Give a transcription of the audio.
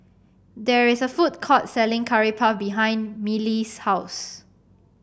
there is a food court selling Curry Puff behind Mellie's house